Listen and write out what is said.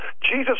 Jesus